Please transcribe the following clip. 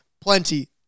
plenty